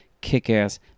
kick-ass